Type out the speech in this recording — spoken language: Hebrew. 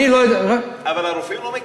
אני אומר את האמת, לא,